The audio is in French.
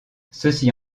ceci